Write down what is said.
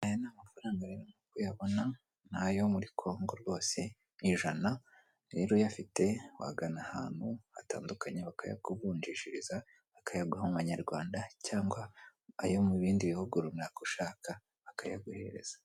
Aya ni amafaranga rero nkuko uyabona ni ayo muri kongo rwose ni ijana rero uyafite wagana ahantu hatandukanye bakayakuvunjishiriza bakayaguha mu manyarwanda cyangwa ayo mu bindi bihugu runaka ushaka bakayaguhereza.